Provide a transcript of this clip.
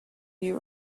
you